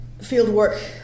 Fieldwork